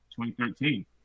2013